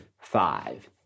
five